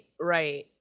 right